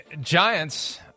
Giants